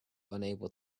unable